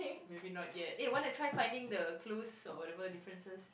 maybe not yet eh want to try finding the clues or whatever differences